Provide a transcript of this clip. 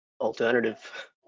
alternative